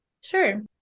Sure